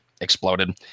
exploded